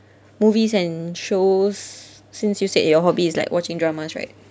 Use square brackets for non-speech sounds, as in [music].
[breath] movies and shows since you said your hobby is like watching dramas right